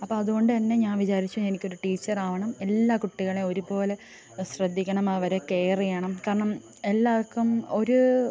അപ്പം അതു കൊണ്ടു തന്നെ ഞാൻ വിചാരിച്ചു എനിക്കൊരു ടീച്ചറാകണം എല്ലാ കുട്ടികളെയും ഒരു പോലെ ശ്രദ്ധിക്കണം അവരെ കെയർ ചെയ്യണം കാരണം എല്ലാവർക്കും ഒരു